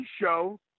show